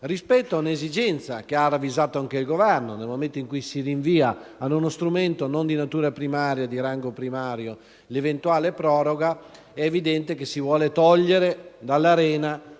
rispetto a un'esigenza che ha ravvisato anche il Governo. Nel momento in cui si rinvia ad uno strumento non di rango primario l'eventuale proroga, è evidente, infatti, che si vuole togliere dall'arena